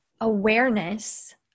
awareness